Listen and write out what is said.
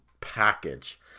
package